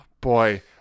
Boy